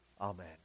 Amen